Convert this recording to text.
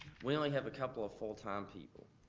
we only have a couple of full time people.